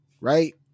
right